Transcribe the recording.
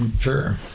sure